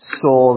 saw